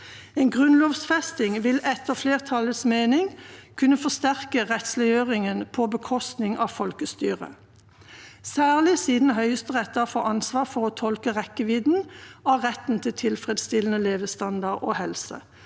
En grunnlovfesting vil etter flertallets mening kunne forsterke rettsliggjøringen på bekostning av folkestyret, særlig siden Høyesterett da får ansvar for å tolke rekkevidden av retten til tilfredsstillende levestandard og helse.